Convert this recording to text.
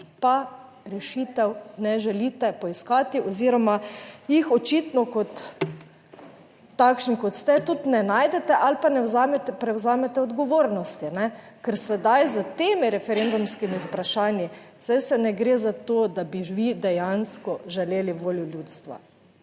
pa rešitev ne želite poiskati oziroma jih očitno kot, takšni kot ste, tudi ne najdete ali pa ne vzamete, prevzamete odgovornosti, ker sedaj s temi referendumskimi vprašanji, saj se ne gre za to, da bi vi dejansko želeli voljo ljudstva,